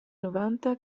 novanta